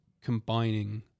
combining